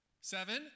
Seven